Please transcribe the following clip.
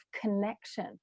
connection